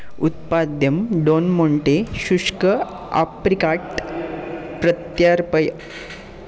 उत्पाद्यं Don Monte शुष्क apricot प्रत्यर्पय